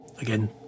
Again